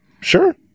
sure